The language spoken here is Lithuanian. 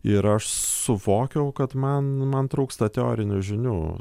ir aš suvokiau kad man man trūksta teorinių žinių